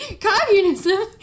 Communism